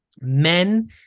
Men